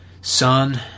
son